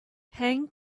hang